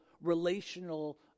relational